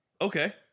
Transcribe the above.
Okay